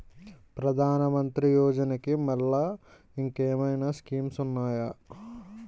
ప్రధాన మంత్రి యోజన కి మల్లె ఇంకేమైనా స్కీమ్స్ ఉన్నాయా?